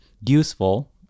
useful